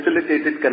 facilitated